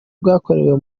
bwakorewe